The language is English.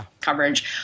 coverage